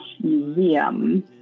Museum